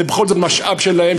זה בכל זאת משאב שלהם,